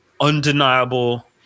undeniable